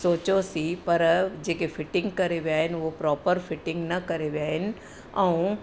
सोचियोसीं पर जेके फिटिंग करे विया आहिनि उहे प्रॉपर फिटिंग न करे विया आहिनि ऐं